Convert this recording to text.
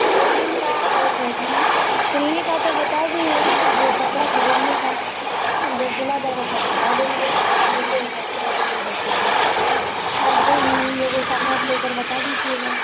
लेने का और खरीद सिलने का तो बता दिए हैं अब कपड़ा खरीदने का अब जब सिला जाएगा तब बता देंगे जितने हिसाब से लगेंगे बच्चों के आप जो उन लोगों का नाप लेकर बता दीजिएगा